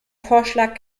vorschlag